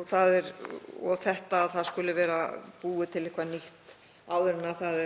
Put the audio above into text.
og að það skuli vera búið til eitthvað nýtt áður en